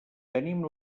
tenim